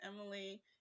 Emily